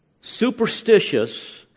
superstitious